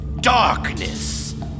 Darkness